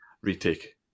Retake